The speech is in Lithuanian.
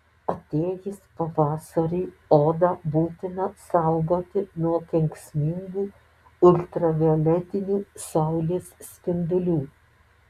atėjus pavasariui odą būtina saugoti nuo kenksmingų ultravioletinių saulės spindulių